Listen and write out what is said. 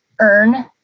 earn